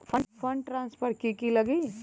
Fund transfer कि की लगी?